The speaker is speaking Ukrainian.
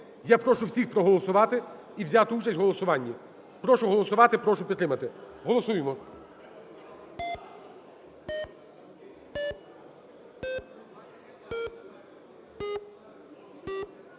Я прошу всіх проголосувати і взяти участь в голосуванні. Прошу голосувати, прошу підтримати, голосуємо.